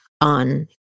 On